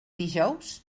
dijous